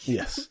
Yes